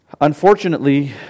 Unfortunately